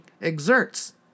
exerts